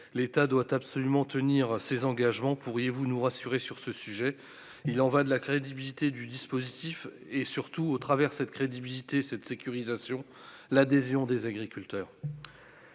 l'État doit absolument tenir ses engagements, pourriez-vous nous rassurer sur ce sujet, il en va de la crédibilité du dispositif et surtout au travers cette crédibilité, cette sécurisation l'adhésion des agriculteurs.